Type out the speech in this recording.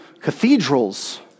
cathedrals